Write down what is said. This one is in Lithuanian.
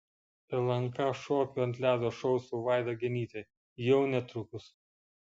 lnk šokių ant ledo šou su vaida genyte jau netrukus